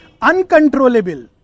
Uncontrollable